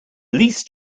least